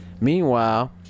Meanwhile